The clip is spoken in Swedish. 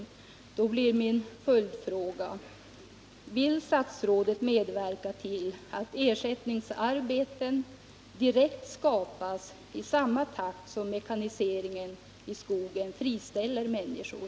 I så fall blir min följdfråga: Vill statsrådet medverka till att ersättningsarbeten direkt skapas i samma takt som mekaniseringen i skogen friställer människor?